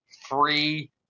free